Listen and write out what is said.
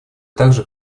также